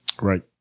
Right